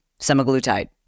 Semaglutide